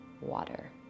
water